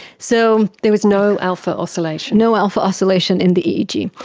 so there was no alpha oscillation? no alpha oscillation in the eeg.